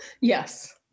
Yes